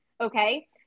Okay